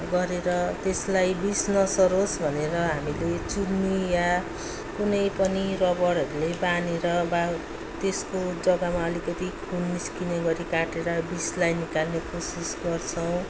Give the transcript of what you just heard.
गरेर त्यसलाई बिस नसरोस् भनेर हामीले चुन्नी या कुनै पनि रबरहरूले बाँधेर बा त्यसको जग्गामा अलिकति खुन निस्किने गरि काटेर बिसलाई निकाल्ने कोसिस गर्छौँ